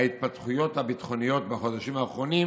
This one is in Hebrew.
"ההתפתחויות הביטחוניות בחודשים האחרונים"